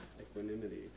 equanimity